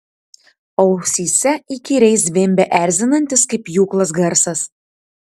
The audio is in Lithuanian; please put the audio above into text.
ausyse įkyriai zvimbė erzinantis kaip pjūklas garsas